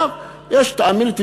תאמין לי,